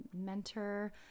mentor